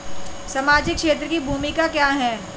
सामाजिक क्षेत्र की भूमिका क्या है?